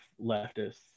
leftists